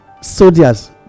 soldiers